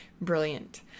brilliant